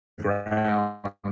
ground